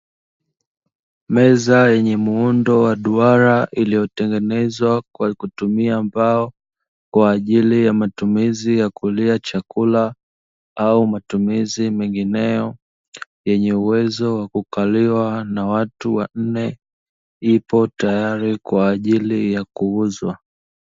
Meza yenye muundo wa duara iliyotengenezwa kwa kutumia mbao, kwa ajili ya matumizi ya kulia chakula au matumizi mengineyo, yenye uwezo wa kukaliwa na watu wanne; ipo tayari kwa ajili ya kuuzwa